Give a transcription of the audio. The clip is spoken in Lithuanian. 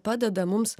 padeda mums